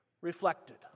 reflected